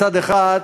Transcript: מצד אחד,